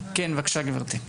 כן, בבקשה, גברתי.